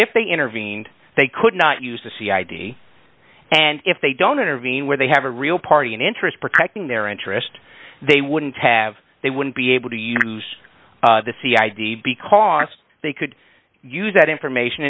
if they intervened they could not use the c i d and if they don't intervene where they have a real party in interest protecting their interest they wouldn't have they wouldn't be able to use the c i d because they could use that information